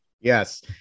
Yes